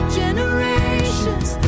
generations